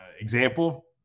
example